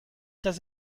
does